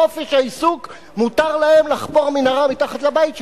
חופש העיסוק, מותר להם לחפור מנהרה מתחת לבית שלי.